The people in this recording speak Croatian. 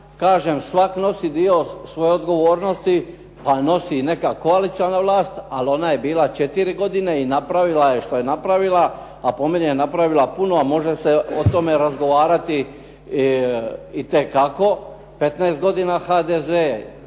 kažem svatko nosi dio svoje odgovornosti pa nosi i neka koaliciona vlast ali ona je bila četiri godine i napravila je što je napravila, a po meni je napravila puno a može se o tome razgovarati itekako. 15 godina HDZ